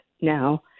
now